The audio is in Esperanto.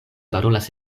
parolas